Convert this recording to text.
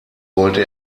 wollte